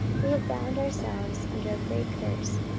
we have bound ourselves under a great curse,